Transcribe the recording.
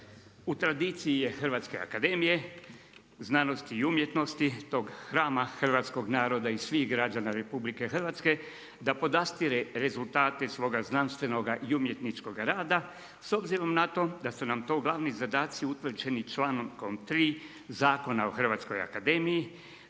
u tradiciji je Hrvatske akademije znanosti i umjetnosti, tog hrama hrvatskog naroda i svih građana RH, da podastire rezultate svoga znanstvenog i umjetničkog rada s obzirom na to da su nam to glavni zadaci utvrđeni čl.3 Zakona o Hrvatskoj akademiji